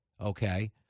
Okay